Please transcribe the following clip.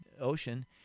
ocean